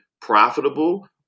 profitable